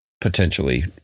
potentially